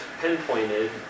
pinpointed